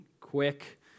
quick